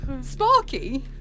Sparky